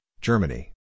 Germany